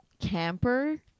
camper